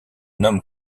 nomme